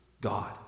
God